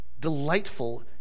delightful